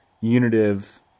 unitive